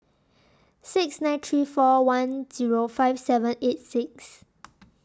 six nine three four one Zero five seven eight six